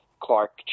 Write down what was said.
clark